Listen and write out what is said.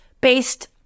based